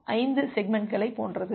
5 செக்மெண்ட்களைப் போன்றது